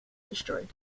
destroyed